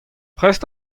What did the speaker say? prest